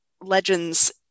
legends